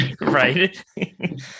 Right